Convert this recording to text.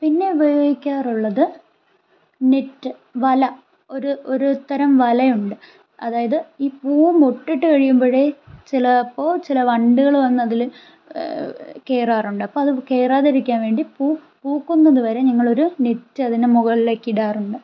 പിന്നെ ഉപയോഗിക്കാറുള്ളത് നെറ്റ് വല ഒരു ഒരുതരം വലയുണ്ട് അതായത് ഈ പൂവ് മൊട്ടിട്ട് കഴിയുമ്പോഴേ ചിലപ്പോൾ ചില വണ്ടുകൾ വന്ന് അതിൽ കയറാറുണ്ട് അപ്പോൾ അത് കയറാതിരിക്കാൻ വേണ്ടി പൂ പൂക്കുന്നത് വരെ ഞങ്ങളൊരു നെറ്റ് അതിൻ്റെ മുകളിലേക്ക് ഇടാറുണ്ട്